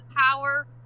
power